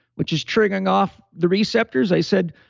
which is triggering off the receptors. i said,